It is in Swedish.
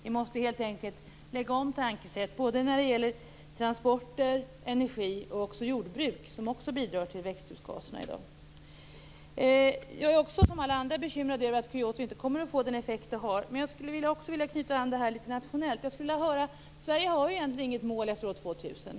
Vi måste helt enkelt lägga om vårt tankesätt när det gäller såväl transporter som energi och jordbruk, som också bidrar till växthusgaserna i dag. Jag är, som alla andra, bekymrad över att Kyotomötet inte kommer att få den avsedda effekten. Men jag vill också göra en litet internationell anknytning. Sverige har egentligen inget mål efter år 2000.